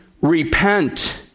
repent